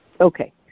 Okay